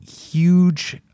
huge